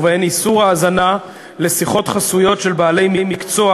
ובהן איסור האזנה לשיחות חסויות של בעלי מקצוע,